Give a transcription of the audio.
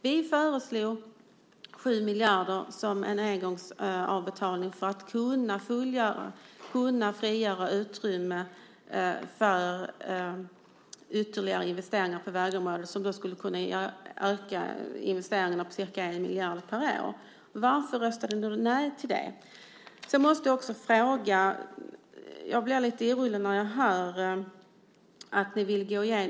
Vi föreslog 7 miljarder som en engångsavbetalning för att kunna frigöra utrymme för ytterligare investeringar på vägområdet som skulle kunna öka investeringarna med ca 1 miljard per år. Varför röstade ni nej till det? Sedan måste jag också ställa en fråga. Jag blir lite orolig.